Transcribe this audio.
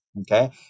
okay